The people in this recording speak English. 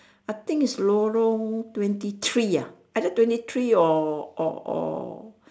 I think is lorong twenty three ah either twenty three or or or